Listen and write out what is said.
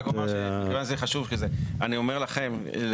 אני אומר לכם,